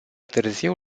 târziu